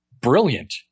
brilliant